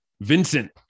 Vincent